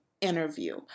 interview